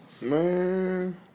Man